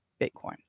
Bitcoin